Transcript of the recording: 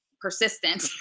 persistent